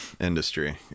industry